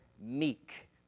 meek